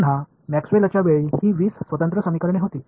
पुन्हा मॅक्सवेलच्या वेळी ही 20 स्वतंत्र समीकरणे होती